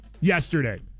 yesterday